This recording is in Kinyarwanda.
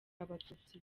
abatutsi